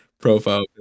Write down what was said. profile